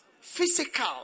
Physical